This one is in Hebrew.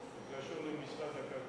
זה לא קשור לאוצר, זה קשור לכלכלה.